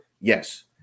Yes